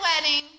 wedding